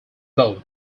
vote